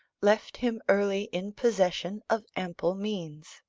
left him early in possession of ample means.